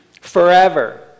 forever